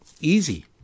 Easy